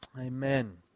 Amen